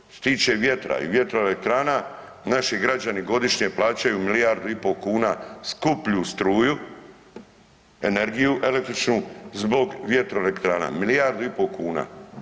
Što se tiče vjetra i vjetroelektrana naši građani godišnje plaćaju milijardu i po kuna skuplju struju, energiju električnu zbog vjetroelektrana, milijardu i po kuna.